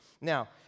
Now